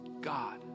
God